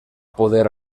poder